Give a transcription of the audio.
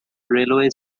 railway